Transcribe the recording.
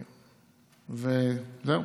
זהו.